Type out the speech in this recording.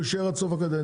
הוא יישאר עד סוף הקדנציה,